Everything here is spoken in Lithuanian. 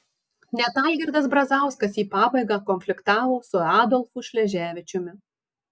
net algirdas brazauskas į pabaigą konfliktavo su adolfu šleževičiumi